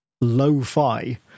lo-fi